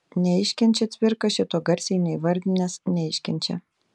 neiškenčia cvirka šito garsiai neįvardinęs neiškenčia